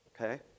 Okay